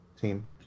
team